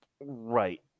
Right